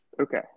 Okay